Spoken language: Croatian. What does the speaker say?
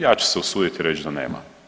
Ja ću se usuditi reći da nema.